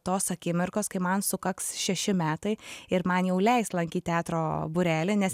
tos akimirkos kai man sukaks šeši metai ir man jau leis lankyt teatro būrelį nes